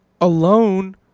alone